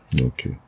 Okay